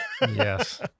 Yes